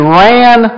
ran